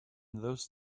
those